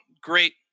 great